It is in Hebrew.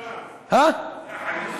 איתך.